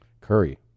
curry